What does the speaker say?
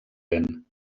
vent